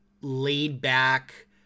laid-back